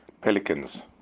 pelicans